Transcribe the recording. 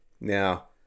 Now